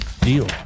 deal